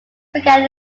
began